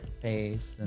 face